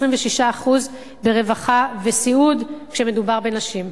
26% ברווחה וסיעוד כשמדובר בנשים.